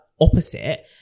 opposite